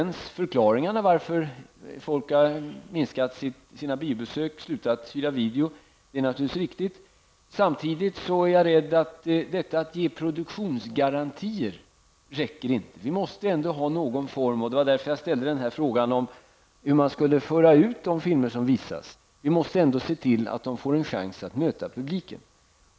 Jan Hyttrings förklaring till att folk har minskat sina biobesök och slutat hyra video är naturligtvis riktig. Samtidigt är jag rädd att det inte är tillräckligt att ge produktionsgarantier. Vi måste ändå ha någon form -- det var därför som jag ställde frågan om hur man skall föra ut de filmer som visas -- för att kunna se till att filmerna får en chans att möta publiken.